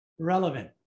Relevant